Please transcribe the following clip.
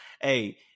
hey